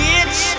Bitch